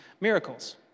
miracles